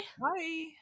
Bye